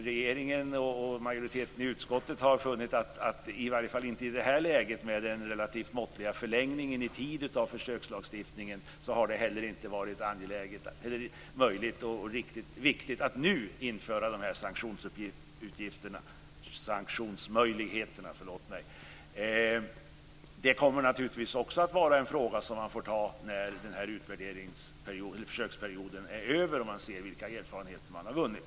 Regeringen och majoriteten i utskottet har funnit att det i varje fall inte i det här läget, med en relativt måttlig förlängning av försökslagstiftningen, har varit angeläget och viktigt att nu införa sanktionsmöjligheter. Det kommer naturligtvis också att vara en fråga som man får ta när försöksperioden är över och man ser vilka erfarenheter man har vunnit.